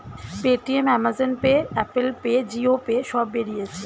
Paytm, Amazon pay, Apple pay, Jio pay সব বেরিয়েছে